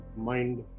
mind